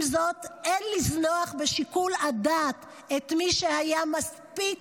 עם זאת, אין לזנוח בשיקול הדעת את מי שהיה מספיק